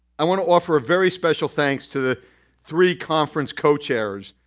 i want to offer a very special thanks to the three conference co-chairs,